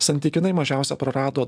santykinai mažiausia prarado